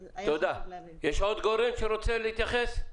יש עוד גורם שרוצה להתייחס?